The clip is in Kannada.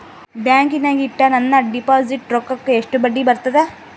ಬ್ಯಾಂಕಿನಾಗ ಇಟ್ಟ ನನ್ನ ಡಿಪಾಸಿಟ್ ರೊಕ್ಕಕ್ಕ ಎಷ್ಟು ಬಡ್ಡಿ ಬರ್ತದ?